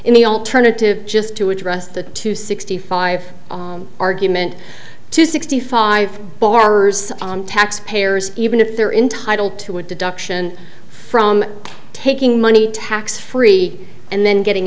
in the alternative just to address the two sixty five argument to sixty five borrowers on tax payers even if they're entitle to a deduction from taking money tax free and then getting